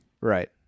Right